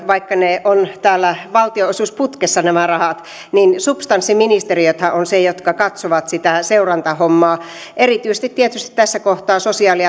vaikka nämä rahat ovat täällä valtionosuusputkessa niin substanssiministeriöthän ovat ne jotka katsovat sitä seurantahommaa erityisesti tietysti tässä kohtaa sosiaali